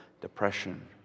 depression